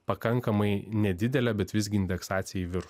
pakankamai nedidelę bet visgi indeksaciją į viršų